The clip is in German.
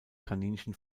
kaninchen